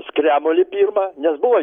skremulį pirmą nes buvo